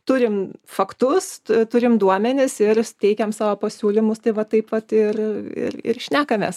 turim faktus tu turim duomenis ir teikiam savo pasiūlymus tai va taip vat ir ir ir šnekamės